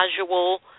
casual